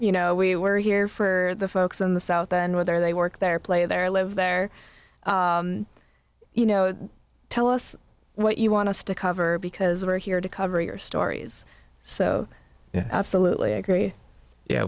you know we were here for the folks in the south and whether they work there play there live there you know tell us what you want us to cover because are here to cover your stories so yeah absolutely agree yeah